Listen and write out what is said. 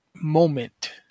moment